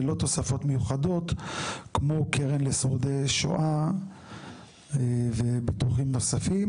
ללא תוספות מיוחדות כמו קרן לשורדי שואה וביטוחים נוספים.